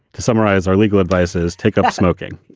to summarize, our legal advice is take up smoking.